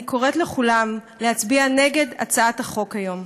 אני קוראת לכולם להצביע נגד הצעת החוק היום.